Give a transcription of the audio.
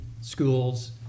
schools